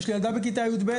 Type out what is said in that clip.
יש לי ילדה בכיתה י"ב,